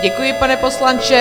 Děkuji, pane poslanče.